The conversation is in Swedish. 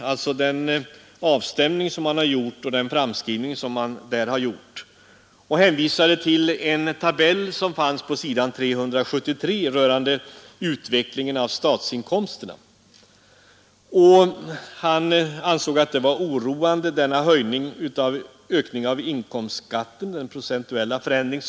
När reservanterna nu behandlar finanspolitiken på detta sätt, behöver man inte undra på att kreditpolitiken behandlas på ett lika intetsägande sätt. Det är angeläget, heter det, att kredittillförseln till näringslivet hålls på en hög nivå.